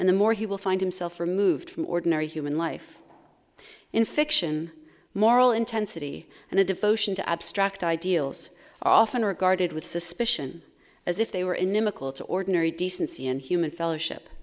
and the more he will find himself removed from ordinary human life in fiction moral intensity and a devotion to abstract ideals are often regarded with suspicion as if they were inimical to ordinary decency and human fellowship